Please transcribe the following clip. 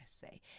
say